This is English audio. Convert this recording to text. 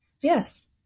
Yes